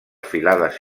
filades